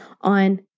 on